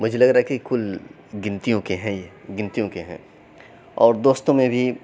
مجھے لگ رہا ہے کہ کل گنتیوں کے ہیں یہ گنتیوں کے ہیں اور دو دوستوں میں بھی